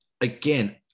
again